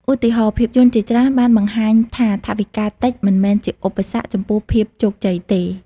ឧទាហរណ៍ ភាពយន្តជាច្រើនបានបង្ហាញថាថវិកាតិចមិនមែនជាឧបសគ្គចំពោះភាពជោគជ័យទេ។